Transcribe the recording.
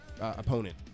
opponent